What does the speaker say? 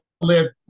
live